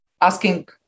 asking